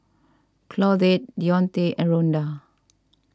Claudette Deonte and Rhonda